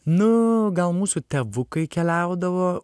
nu gal mūsų tėvukai keliaudavo